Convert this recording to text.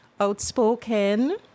outspoken